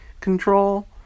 Control